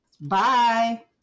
Bye